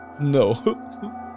no